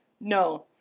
No